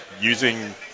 using